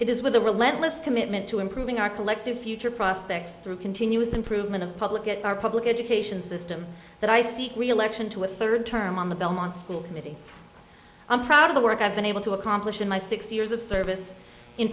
it is with a relentless commitment to improving our collective future prospects through continuous improvement of the public at our public education system that i seek reelection to a third term on the belmont school committee i'm proud of the work i've been able to accomplish in my six years of service in